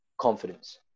Confidence